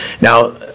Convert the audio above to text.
Now